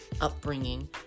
upbringing